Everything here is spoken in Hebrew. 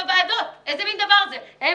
כולנו נמצאת בוועדה השנייה.